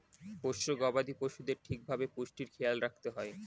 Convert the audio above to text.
পোষ্য গবাদি পশুদের ঠিক ভাবে পুষ্টির খেয়াল রাখতে হয়